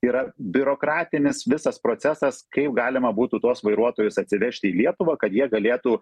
yra biurokratinis visas procesas kaip galima būtų tuos vairuotojus atsivežti į lietuvą kad jie galėtų